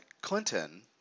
Clinton